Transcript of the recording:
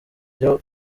byo